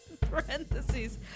parentheses